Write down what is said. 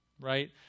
right